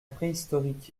préhistorique